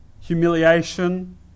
humiliation